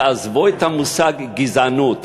תעזבו את המושג גזענות.